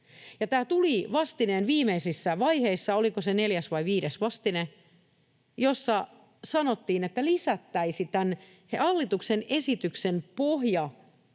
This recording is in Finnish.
Tämä tuli vastineen viimeisissä vaiheissa — oliko se neljäs vai viides vastine, jossa sanottiin, että lisättäisiin. Tämän hallituksen esityksen pohja